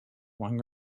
one